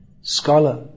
scholar